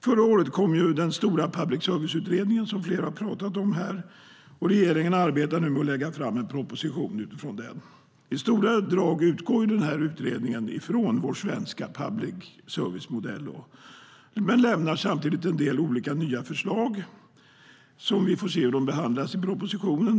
Förra året kom den stora Public service-utredningen som flera har pratat om här. Regeringen arbetar nu med att lägga fram en proposition utifrån den. I stora drag utgår utredningen från vår svenska public service-modell men lämnar samtidigt en del olika nya förslag som vi får se hur de behandlas i propositionen.